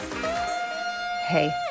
hey